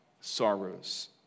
sorrows